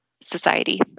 society